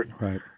Right